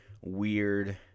weird